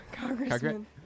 congressman